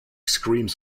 screams